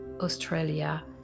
Australia